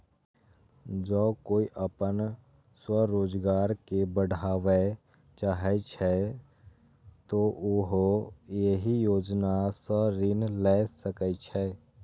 जौं कोइ अपन स्वरोजगार कें बढ़ाबय चाहै छै, तो उहो एहि योजना सं ऋण लए सकै छै